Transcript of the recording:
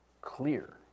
clear